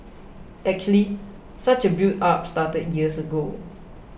actually such a buildup started years ago